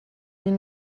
mil